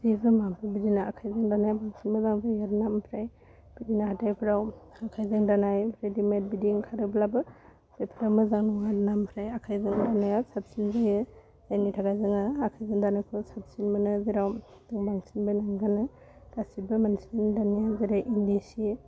जि जोमाबो बिदिनो आखाइजों दानाया मोजांसिन जायो आरो ना आमफ्राय बिदिनो हाथाइफ्राव आखाइजों दानाय रेडिमेद बिदि ओंखारोब्लाबो जिफ्रा मोजां नङा आरोना आमफ्राय आखाइजों दानाया साबसिन जायो जायनि थाखाइ जोंहा आखाइजों दानायखौ साबसिन मोनो जेराव बांसिनबो मोनगानो गासिबो मानसिनि दानाया जेरै इन्दि सि